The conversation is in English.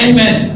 Amen